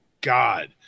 God